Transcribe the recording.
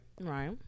Right